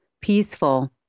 peaceful